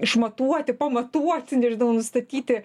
išmatuoti pamatuoti nežinau nustatyti